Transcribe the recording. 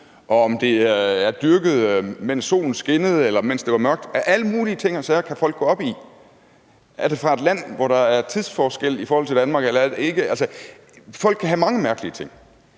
grøntsagen er dyrket, mens solen skinnede, eller mens det var mørkt. Folk kan gå op i alle mulige ting og sager. Er det f.eks. fra et land, hvor der er tidsforskel i forhold til Danmark? Folk kan gå op i mange mærkelige ting.